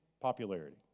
popularity